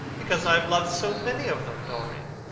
because i have loved so many of them, dorian.